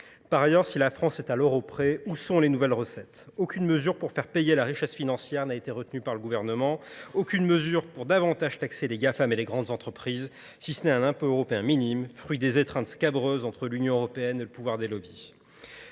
Par ailleurs, si la France est à l'euro près, où sont les nouvelles recettes ? Aucune mesure pour faire payer la richesse financière n'a été retenue par le gouvernement, aucune mesure pour davantage taxer les GAFAM et les grandes entreprises, si ce n'est un impôt européen minime, fruit des étreintes scabreuses entre l'Union européenne et le pouvoir des lobbies.